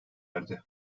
erdi